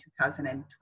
2012